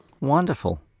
Wonderful